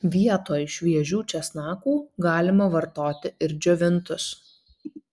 vietoj šviežių česnakų galima vartoti ir džiovintus